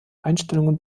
einstellungen